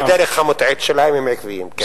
בדרך המוטעית שלהם הם עקביים, כן.